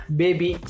baby